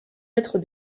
être